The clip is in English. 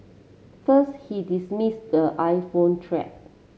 first he dismissed the iPhone threat